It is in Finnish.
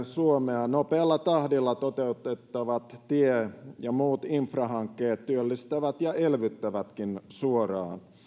suomea nopealla tahdilla toteutettavat tie ja muut infrahankkeet työllistävät ja elvyttävätkin suoraan